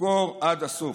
לחקור עד הסוף.